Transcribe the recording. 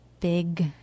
big